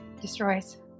destroys